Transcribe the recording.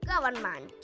Government